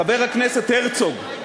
חבר הכנסת הרצוג,